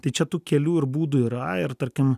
tai čia tų kelių ir būdų yra ir tarkim